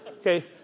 Okay